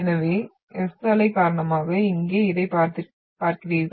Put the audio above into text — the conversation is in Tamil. எனவே S அலை காரணமாக இங்கே இதை பார்க்கிறீர்கள்